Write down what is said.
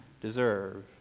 deserve